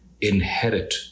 inherit